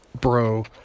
Bro